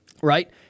right